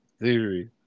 theory